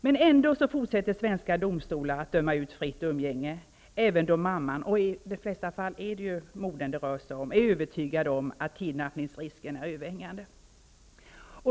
Men ändå fortsätter svenska domstolar att döma ut fritt umgänge, även då mamman -- i de flesta fall är det ju modern det rör sig om -- är övertygad om att kidnappningsrisken är överhängande.